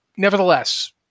Nevertheless